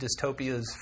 dystopias